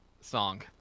song